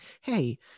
Hey